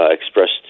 expressed